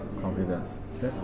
confidence